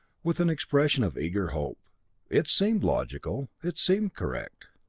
with an expression of eager hope it seemed logical it seemed correct